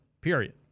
period